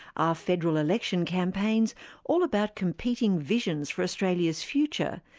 are federal election campaigns all about competing visions for australia's future,